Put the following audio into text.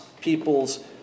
people's